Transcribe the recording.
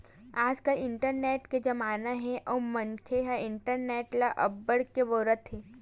आजकाल इंटरनेट के जमाना हे अउ मनखे ह इंटरनेट ल अब्बड़ के बउरत हे